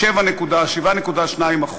7.2%,